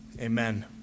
Amen